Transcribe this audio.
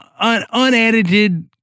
unedited